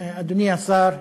כן, אדוני השר,